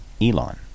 Elon